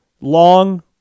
Long